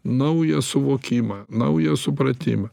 naują suvokimą naują supratimą